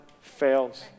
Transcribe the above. fails